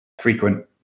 frequent